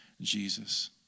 Jesus